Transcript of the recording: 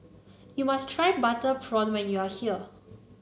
you must try Butter Prawn when you are here